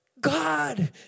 God